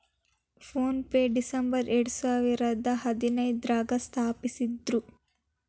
phone ಪೆನ December ಎರಡಸಾವಿರದ ಹದಿನೈದ್ರಾಗ ಸ್ಥಾಪಿಸಿದ್ರು